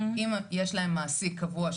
אם יש להם מעסיק קבוע,